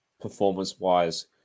performance-wise